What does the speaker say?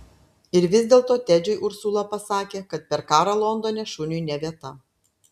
ir vis dėlto tedžiui ursula pasakė kad per karą londone šuniui ne vieta